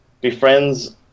befriends